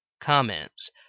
Comments